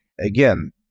Again